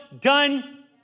done